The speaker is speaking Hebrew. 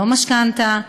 לא משכנתה,